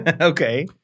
Okay